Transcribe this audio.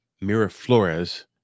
Miraflores